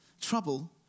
Trouble